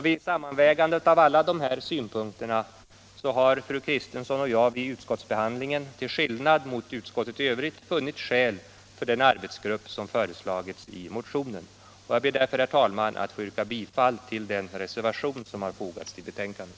Vid sammanvägandet av alla de här synpunkterna har fru Kristensson och jag vid utskottsbehandlingen — till skillnad mot utskottet i övrigt —- funnit skäl för att man skall tillsätta den arbetsgrupp som föreslagits i motionen. Jag ber därför, herr talman, att få yrka bifall till den reservation som har fogats till betänkandet.